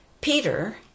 Peter